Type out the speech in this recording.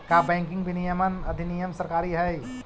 का बैंकिंग विनियमन अधिनियम सरकारी हई?